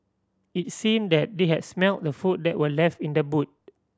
it seemed that they had smelt the food that were left in the boot